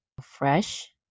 fresh